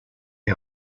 est